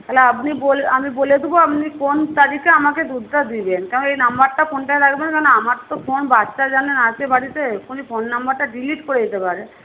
তাহলে আপনি বলে আমি বলে দেব আপনি কোন তারিখে আমাকে দুধটা দেবেন কারণ এই নম্বরটা ফোনটা রাখবেন কারণ আমার তো ফোন বাচ্চা জানেন আছে বাড়িতে এক্ষুনি ফোন নম্বরটা ডিলিট করে দিতে পারে